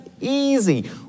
easy